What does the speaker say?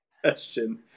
question